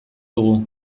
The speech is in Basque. dugu